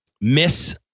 Miss